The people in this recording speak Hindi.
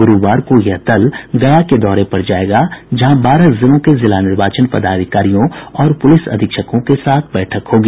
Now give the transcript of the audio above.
गुरूवार को यह दल गया के दौरे पर जायेगा जहां बारह जिलों के जिला निर्वाचन पदाधिकारियों और पुलिस अधीक्षकों के साथ बैठक होगी